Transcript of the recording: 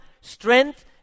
strength